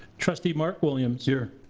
trustee mark williams? here.